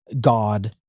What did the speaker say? God